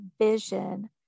vision